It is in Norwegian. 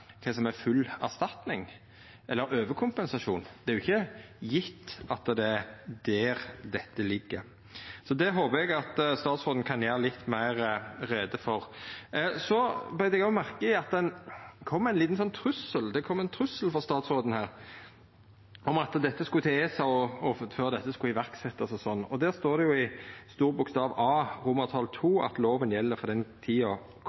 kva som er full erstatning eller overkompensasjon? Det er ikkje gjeve at det er der dette ligg. Det håpar eg at statsråden kan gjera litt meir greie for. Eg beit meg òg merke i at det kom ein liten trussel frå statsråden her, om at dette skulle til ESA før det skulle setjast i verk og sånn. Det står i A II at loven gjeld frå den tida